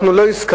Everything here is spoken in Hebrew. אנחנו לא הסכמנו,